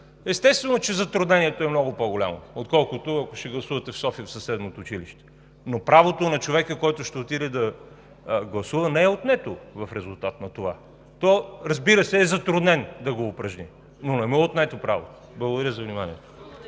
естествено е, че затруднението е много по-голямо, отколкото, ако ще гласувате в София в съседното училище. Правото на човека, който ще отиде да гласува, не е отнето в резултат на това. Разбира се, той е затруднен да го упражни, но не му е отнето правото. Благодаря за вниманието.